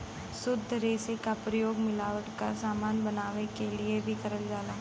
शुद्ध रेसे क प्रयोग मिलावट क समान बनावे क लिए भी करल जाला